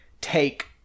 take